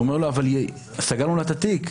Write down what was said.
הוא אומר לו: אבל סגרנו לה את התיק,